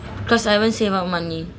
cause I haven't save up money